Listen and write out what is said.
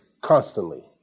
constantly